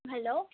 hello